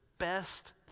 best